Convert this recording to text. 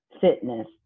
fitness